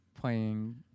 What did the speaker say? playing